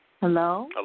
Hello